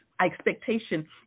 expectation